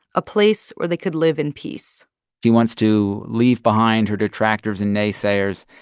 a place where they could live in peace she wants to leave behind her detractors and naysayers.